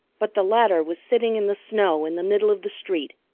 but the latter was sitting in the snow in the middle of the street,